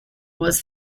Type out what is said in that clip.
was